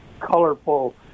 colorful